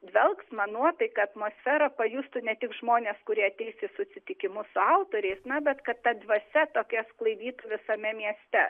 dvelksmą nuotaiką atmosferą pajustų ne tik žmonės kurie ateis į susitikimus su autoriais na bet kad ta dvasia tokia sklaidytų visame mieste